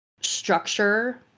structure